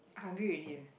hungry already eh